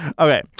Okay